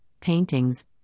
paintings